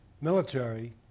military